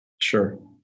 Sure